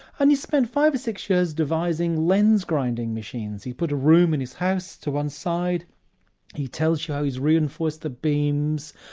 and he spent five or six years devising lens grinding machines. he put a room in his house to one side he tells you how he's reinforced the beams,